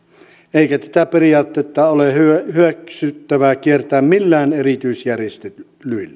eikä tätä periaatetta ole hyväksyttävää kiertää millään erityisjärjestelyillä